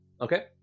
Okay